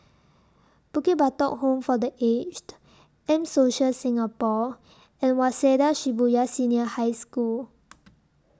Bukit Batok Home For The Aged M Social Singapore and Waseda Shibuya Senior High School